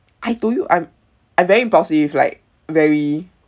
I told you I'm I very impulsive like very